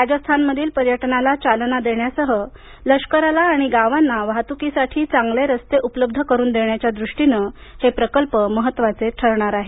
राजस्थानमधील पर्यटनाला चालना देण्यासह लष्कराला आणि गावांना वाहतुकीसाठी चांगले रस्ते उपलब्ध करून देण्याच्या दृष्टीनं हे प्रकल्प महत्त्वाचे ठरणार आहेत